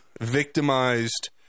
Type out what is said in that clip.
victimized